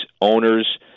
owners